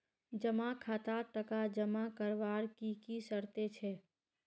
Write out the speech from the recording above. जमा खातात टका जमा करवार की की शर्त छे?